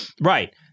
Right